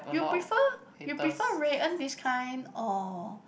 you prefer you prefer Rui-En this kind or